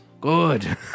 Good